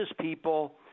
people